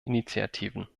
initiativen